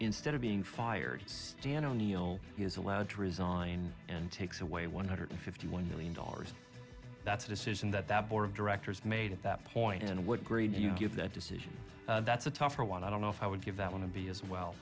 instead of being fired dan o'neill has allowed to resign and takes away one hundred fifty one million dollars that's a decision that the board of directors made at that point and what grade you give that decision that's a tougher one i don't know if i would give that one to be as well